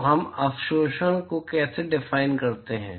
तो हम अवशोषण को कैसे डिफाइन करते हैं